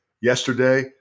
yesterday